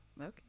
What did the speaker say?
okay